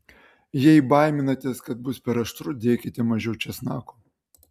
jei baiminatės kad bus per aštru dėkite mažiau česnako